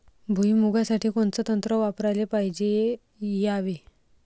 भुइमुगा साठी कोनचं तंत्र वापराले पायजे यावे?